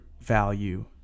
value